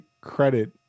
credit